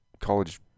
college